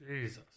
Jesus